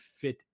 fit